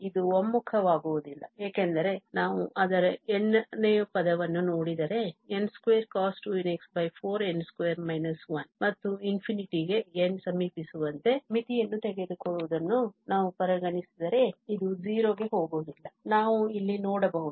ಇದು ಒಮ್ಮುಖವಾಗುವುದಿಲ್ಲ ಏಕೆಂದರೆ ನಾವು ಅದರ n ನೇ ಪದವನ್ನು ನೋಡಿದರೆ n2cos2nx4n2 1 ಮತ್ತು ∞ ಗೆ n ಸಮೀಪಿಸುವಂತೆ ಮಿತಿಯನ್ನು ತೆಗೆದುಕೊಳ್ಳುವುದನ್ನು ನಾವು ಪರಿಗಣಿಸಿದರೆ ಇದು 0 ಗೆ ಹೋಗುವುದಿಲ್ಲ ನಾವು ಇಲ್ಲಿ ನೋಡಬಹುದು